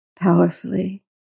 powerfully